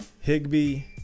Higby